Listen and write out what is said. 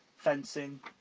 fencing,